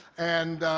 and,